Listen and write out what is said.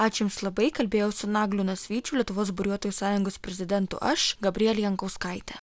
ačiū jums labai kalbėjau su nagliu nasvyčiu lietuvos buriuotojų sąjungos prezidentu aš gabrielė jankauskaitė